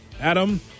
Adam